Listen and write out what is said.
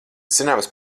zināms